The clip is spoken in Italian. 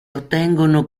ottengono